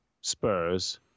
Spurs